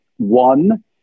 One